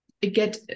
get